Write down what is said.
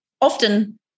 often